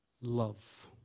love